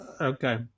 Okay